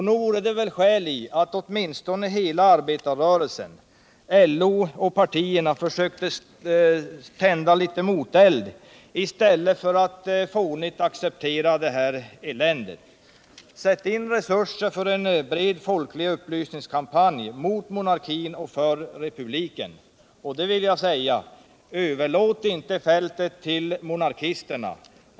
Nog vore det väl skäl i att åtminstone hela arbetarrörelsen, LO och partierna försökte tända litet moteld i stället för att fånigt acceptera detta elände. Sätt in resurser för en bred folklig upplysningskampanj mot monarkin och för republiken. Överlåt inte fältet åt monarkisterna.